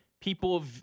people